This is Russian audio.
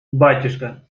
батюшка